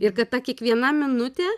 ir kad ta kiekviena minutė